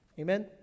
Amen